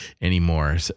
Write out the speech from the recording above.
anymore